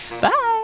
bye